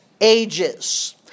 ages